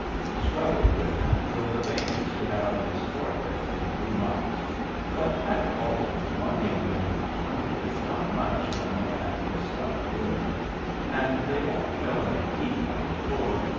he struggled with them till the veins stood out in his forehead in blue knots but, after all, one young man of twenty is not much among a band of stout yeomen and they all fell in a heap on the floor,